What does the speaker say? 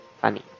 funny